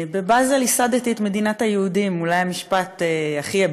"בבאזל ייסדתי את מדינת היהודים" אולי המשפט הכי,